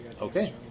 Okay